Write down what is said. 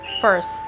First